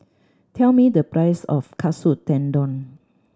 tell me the price of Katsu Tendon